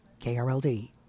KRLD